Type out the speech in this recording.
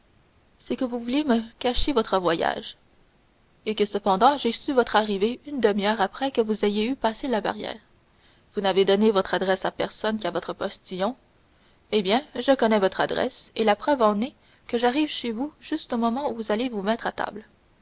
c'est que vous vouliez me cacher votre voyage et que cependant j'ai su votre arrivée une demi-heure après que vous avez eu passé la barrière vous n'avez donné votre adresse à personne qu'à votre postillon eh bien je connais votre adresse et la preuve en est que j'arrive chez vous juste au moment où vous allez vous mettre à table